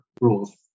rules